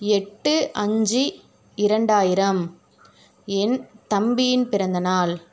எட்டு அஞ்சு இரண்டாயிரம் என் தம்பியின் பிறந்தநாள்